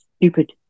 Stupid